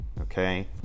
okay